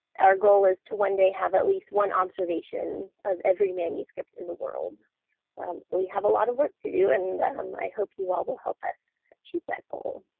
our goal is to one day have at least one observation of every manuscript in the world. so we have a lot of work to do and um i hope you all will help us reach that goal.